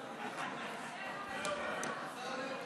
אהה.